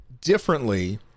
differently